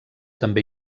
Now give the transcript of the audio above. també